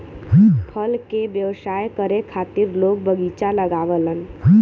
फल के व्यवसाय करे खातिर लोग बगीचा लगावलन